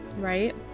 right